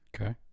okay